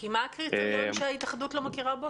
כי מה הקריטריון שההתאחדות לא מכירה בו?